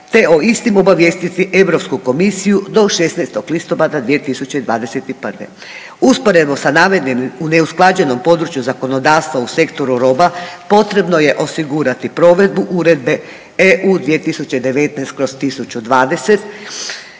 te o istim obavijestiti europsku komisiju do 16. listopada 2021.. Usporedo sa navedenim u neusklađenom području zakonodavstva u sektoru roba potrebno je osigurati provedbu Uredbe EU 2019/1020…/Govornik